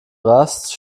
rast